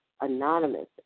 anonymous